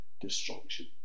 destruction